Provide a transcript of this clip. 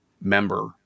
member